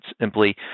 simply